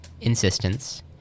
Insistence